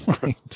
Right